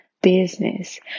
business